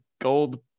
gold